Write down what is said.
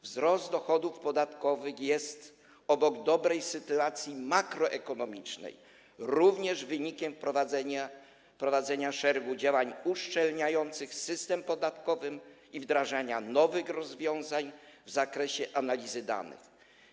Wzrost dochodów podatkowych jest obok dobrej sytuacji makroekonomicznej również wynikiem wprowadzenia szeregu działań uszczelniających system podatkowy i wdrażania nowych rozwiązań w zakresie analizy danych.